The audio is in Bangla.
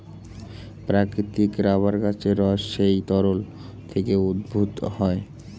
প্রাকৃতিক রাবার গাছের রস সেই তরল থেকে উদ্ভূত হয়